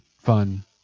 fun